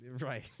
Right